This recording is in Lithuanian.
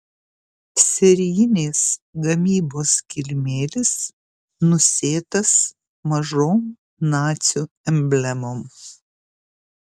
serijinės gamybos kilimėlis nusėtas mažom nacių emblemom